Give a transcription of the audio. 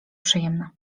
przyjemne